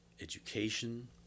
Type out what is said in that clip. education